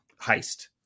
heist